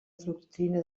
doctrina